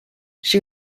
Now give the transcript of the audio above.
she